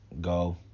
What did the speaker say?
go